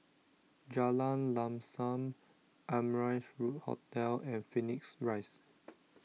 Jalan Lam Sam Amrise room Hotel and Phoenix Rise